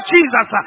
Jesus